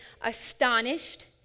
astonished